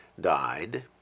died